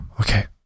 Okay